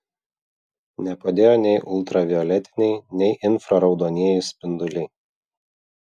nepadėjo nei ultravioletiniai nei infraraudonieji spinduliai